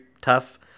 tough